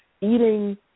eating